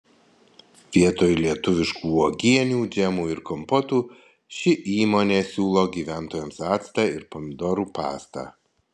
vietoj lietuviškų uogienių džemų ir kompotų ši įmonė siūlo gyventojams actą ir pomidorų pastą